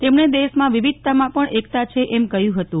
તેમણે દેશમાં વિવિધતામાં પણ એકતા છે એમ કહ્યું હતું